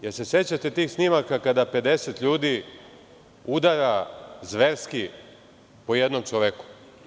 Da li se sećate tih snimaka kada 50 ljudi udara zverski po jednom čoveku?